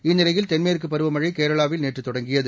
இந்நிலையில் தென்மேற்கு பருவமழை கேரளாவில் நேற்று தொடங்கியது